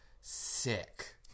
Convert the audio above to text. sick